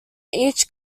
each